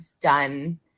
done